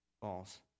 false